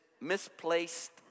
misplaced